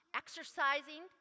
exercising